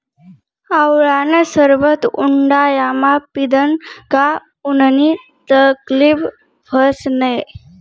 आवळानं सरबत उंडायामा पीदं का उननी तकलीब व्हस नै